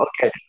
Okay